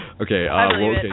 Okay